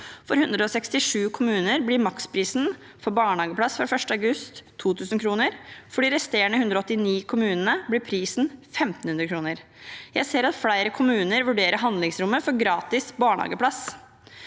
For 167 kommuner blir maksprisen for barnehageplass fra 1. august 2 000 kr, og for de resterende 189 kommunene blir prisen 1 500 kr. Jeg ser at flere kommuner vurderer handlingsrommet for gratis barnehageplass.